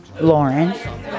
Lauren